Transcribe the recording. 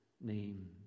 name